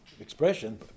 expression